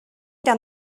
down